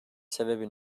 sebebi